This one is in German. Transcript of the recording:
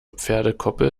pferdekoppel